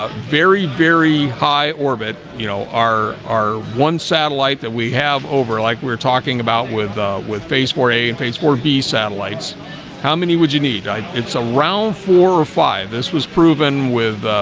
ah very very high orbit you know our our one satellite that we have over like we're talking about with with face for a and face for he satellites how many would you need it's around four or five this was proven with?